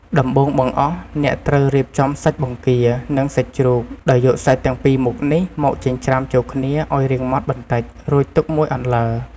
ដំបូងបង្អស់ អ្នកត្រូវ រៀបចំសាច់បង្គា និងសាច់ជ្រូក ដោយយកសាច់ទាំងពីរមុខនេះ មកចិញ្ច្រាំចូលគ្នាឱ្យរៀងម៉ដ្ឋបន្តិច រួចទុកមួយអន្លើ។